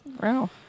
Wow